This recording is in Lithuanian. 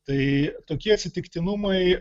tai tokie atsitiktinumai